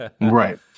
Right